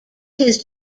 his